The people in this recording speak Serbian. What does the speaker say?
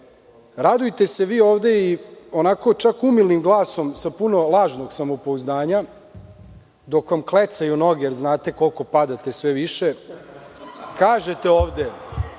radujte se vi ovde i onako čak umilnim glasom sa puno lažnog samopouzdanja dok vam klecaju noge, znate koliko padate sve više, kažete ovde,